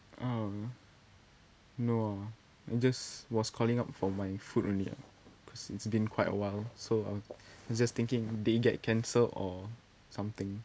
ah no ah I just was calling up for my food only ah because it's been quite a while so I was just thinking they'd get cancel or something